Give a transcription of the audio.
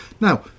Now